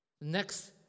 next